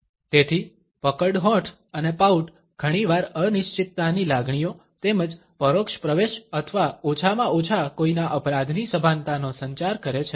તેથી પકર્ડ હોઠ અને પાઉટ ઘણીવાર અનિશ્ચિતતાની લાગણીઓ તેમજ પરોક્ષ પ્રવેશ અથવા ઓછામાં ઓછા કોઈના અપરાધની સભાનતાનો સંચાર કરે છે